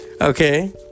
Okay